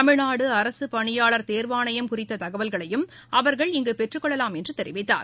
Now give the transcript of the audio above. தமிழ்நாடு அரசு பணியாளர் தேர்வாணையம் குறித்த தகவல்களையும் அவர்கள் இங்கு பெற்றுக்கொள்ளலாம் என்றார்